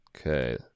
Okay